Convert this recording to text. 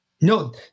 No